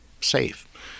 safe